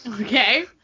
Okay